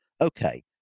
Okay